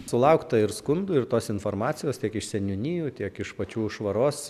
sulaukta ir skundų ir tos informacijos tiek iš seniūnijų tiek iš pačių švaros